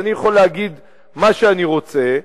אני יכול להגיד מה שאני רוצה,